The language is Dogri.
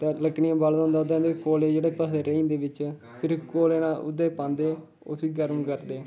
ते लकड़ियां बाले दा होंदा ओह्दे अंदर कोले जेह्ड़े भक्खे दे रेही जंदे बिच्च फिर कोलें दा ओह्दे च पांदे उस्सी गर्म करदे